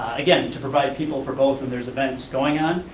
again, to provide people for both when there's events going on,